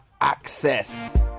access